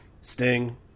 Sting